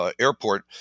Airport